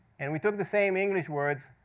and we took the same english words,